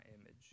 image